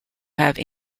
have